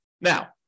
Now